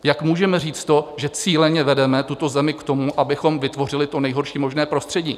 Jak můžeme říct to, že cíleně vedeme tuto zemi k tomu, abychom vytvořili to nejhorší možné prostředí?